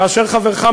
כאשר חברך,